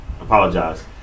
apologize